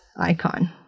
icon